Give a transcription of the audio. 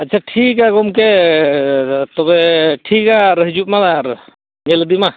ᱟᱪᱪᱷᱟ ᱴᱷᱤᱠᱟ ᱜᱚᱢᱠᱮ ᱛᱚᱵᱮ ᱴᱷᱤᱠᱟ ᱟᱨ ᱦᱤᱡᱩᱜᱼᱢᱟ ᱧᱮᱞ ᱤᱫᱤᱭᱢᱟ